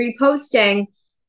reposting